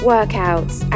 Workouts